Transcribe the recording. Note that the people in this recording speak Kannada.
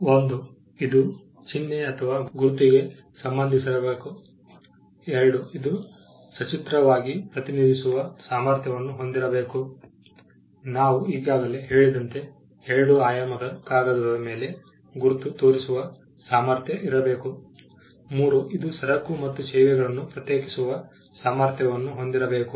1 ಇದು ಚಿಹ್ನೆ ಅಥವಾ ಗುರುತುಗೆ ಸಂಬಂಧಿಸಿರಬೇಕು 2 ಇದು ಸಚಿತ್ರವಾಗಿ ಪ್ರತಿನಿಧಿಸುವ ಸಾಮರ್ಥ್ಯವನ್ನು ಹೊಂದಿರಬೇಕು ನಾವು ಈಗಾಗಲೇ ಹೇಳಿದಂತೆ 2 ಆಯಾಮದ ಕಾಗದದ ಮೇಲೆ ಗುರುತು ತೋರಿಸುವ ಸಾಮರ್ಥ್ಯ ಇರಬೇಕು 3 ಇದು ಸರಕು ಮತ್ತು ಸೇವೆಗಳನ್ನು ಪ್ರತ್ಯೇಕಿಸುವ ಸಾಮರ್ಥ್ಯವನ್ನು ಹೊಂದಿರಬೇಕು